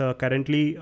currently